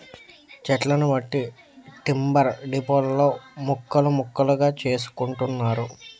చెట్లను బట్టి టింబర్ డిపోలలో ముక్కలు ముక్కలుగా చేసుకుంటున్నారు